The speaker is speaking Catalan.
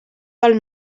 pel